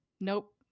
nope